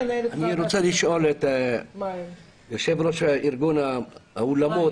אני רוצה לשאול את יושב-ראש ארגון האולמות.